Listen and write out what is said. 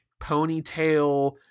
ponytail